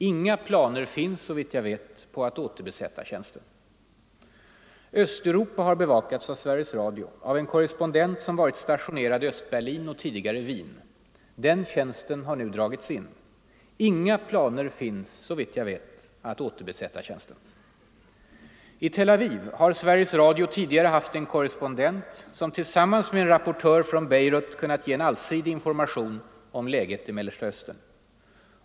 Inga planer finns, såvitt jag vet, på att återbesätta tjänsten. Östeuropa har bevakats för Sveriges Radio av en korrespondent som varit stationerad i Östberlin och tidigare i Wien. Den tjänsten har nu dragits in. Inga planer finns., såvitt jag vet, att återbesätta tjänsten. I Tel Aviv har Sveriges Radio tidigare haft en korrespondent, som tillsammans med en rapportör från Beirut kunnat ge en allsidig information om läget i Mellersta östern.